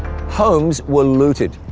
homes were looted.